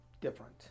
different